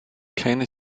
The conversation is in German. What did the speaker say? keine